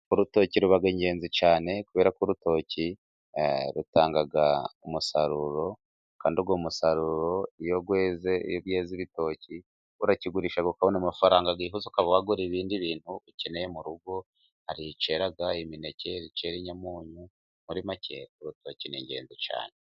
urutoki ruba ingenzi cyane kubera ko urutoki rutanga umusaruro, kandi uwo musaruro iyo weze, iyo byeze ibitoki urakigurisha ukabona amafaranga yihuse, ukaba wagura ibindi bintu ukeneye mu rugo. Hari icyera imineke, hari icyera inyamunyo, muri make urutoki ni ingenzi cyane.